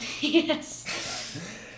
Yes